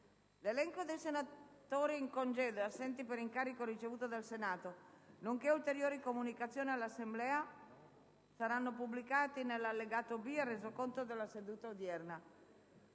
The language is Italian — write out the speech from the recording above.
L'elenco dei senatori in congedo e assenti per incarico ricevuto dal Senato nonché ulteriori comunicazioni all'Assemblea saranno pubblicati nell'allegato B ai Resoconti della seduta. Avverte